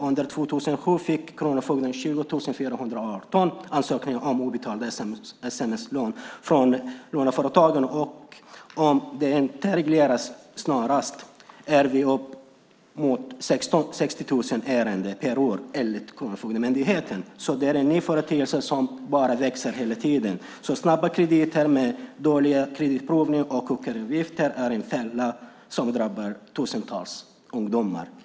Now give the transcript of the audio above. Under 2007 fick kronofogden 20 418 ansökningar från låneföretagen om obetalda sms-lån. Om det inte regleras snarast är vi uppe i 60 000 ärenden per år, enligt Kronofogdemyndigheten. Det är en ny företeelse som växer hela tiden. Snabba krediter med dålig kreditprövning och ockeravgifter är en fälla som drabbar tusentals ungdomar.